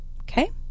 Okay